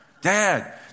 Dad